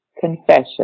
confession